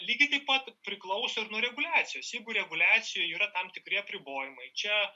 lygiai taip pat priklauso ir nuo reguliacijos jeigu reguliacijoj yra tam tikri apribojimai čia